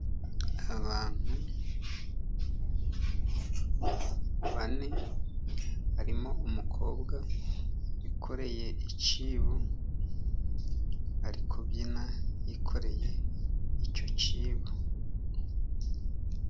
Abantu bane barimo umukobwa wikoreye icyibo, ari kubyina yikoreye icyo cyibo.